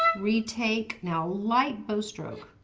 retake, now light bow stroke.